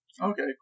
Okay